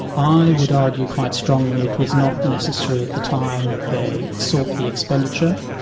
i would argue quite strongly it was not necessary at the time that they sought the expenditure,